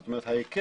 זאת אומרת ההיקף,